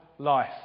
life